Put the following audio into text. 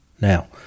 Now